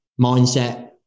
mindset